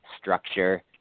structure